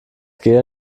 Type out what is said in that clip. gel